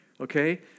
okay